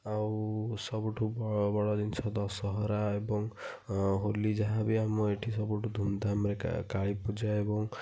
ଆଉ ସବୁଠୁ ବ ବଡ଼ ଜିନିଷ ଦଶହରା ଏବଂ ହୋଲି ଯାହା ବି ଆମ ଏଠି ସବୁଠୁ ଧୁମ୍ ଧାମ ରେ କା କାଳୀ ପୂଜା ଏବଂ